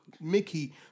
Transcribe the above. Mickey